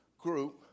group